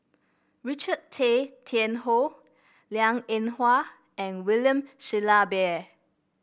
Richard Tay Tian Hoe Liang Eng Hwa and William Shellabear